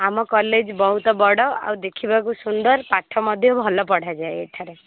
ଆମ କଲେଜ୍ ବହୁତ ବଡ଼ ଆଉ ଦେଖିବାକୁ ସୁନ୍ଦର ପାଠ ମଧ୍ୟ ଭଲ ପଢ଼ାଯାଏ ଏଠାରେ